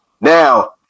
Now